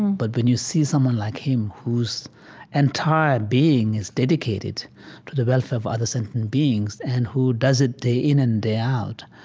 but when you see someone like him whose entire being is dedicated to the welfare of other and beings and who does it day in and day out,